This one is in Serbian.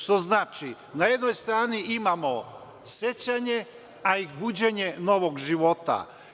Što znači da na jednoj strani imamo sećanje, a i buđenje novog života.